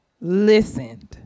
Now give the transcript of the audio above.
listened